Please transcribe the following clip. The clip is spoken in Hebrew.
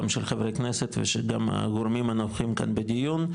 גם של חברי כנסת וגם של הגורמים הנוכחים כאן בדיון.